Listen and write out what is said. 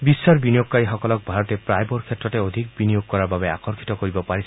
বিশ্বৰ বিনিয়োগকাৰীসকলক ভাৰতে প্ৰায়বোৰ ক্ষেত্ৰতে অধিক বিনিয়োগ কৰাৰ বাবে আকৰ্ষিত কৰিব পাৰিছে